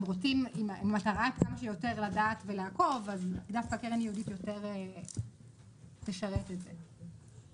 אם המטרה כמה שיותר לדעת ולעקוב דווקא קרן ייעודית יותר משרתת את זה.